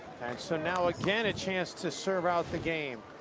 so now again a chance to serve out the game.